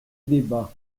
débat